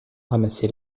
ramassé